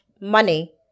money